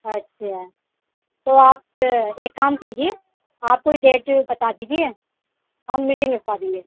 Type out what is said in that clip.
اچھا تو آپ ایک کام کیجیے آپ کوئی ڈیٹ بتا دیجیے ہم میٹنگ رکھوا دیں گے